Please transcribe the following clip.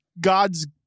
God's